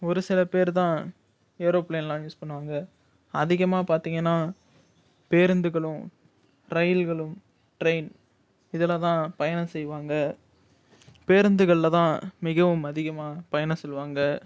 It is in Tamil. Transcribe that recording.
ஒரு சில பேர்தான் ஏரோபிளேன்லாம் யூஸ் பண்ணுவாங்க அதிகமாக பார்த்தீங்கன்னா பேருந்துகளும் ரயில்களும் ட்ரெயின் இதுல தான் பயணம் செய்வாங்க பேருந்துகள்ல தான் மிகவும் அதிகமாக பயணம் செல்வாங்க